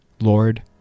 Lord